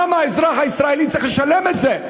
למה האזרח הישראלי צריך לשלם את זה?